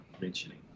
Mentioning